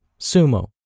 sumo